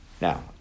Now